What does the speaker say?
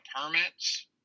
permits